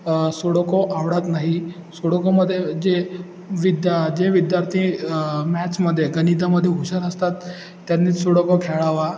Sudoku आवडत नाही सुडोकोमध्ये जे विद्या जे विद्यार्थी मॅत्समध्ये गणितामध्ये हुशार असतात त्यांनी सुडोको खेळावा